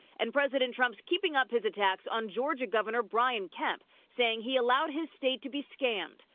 and president trump's keeping up his attacks on georgia governor brian kemp, saying he allowed his state to be scammed.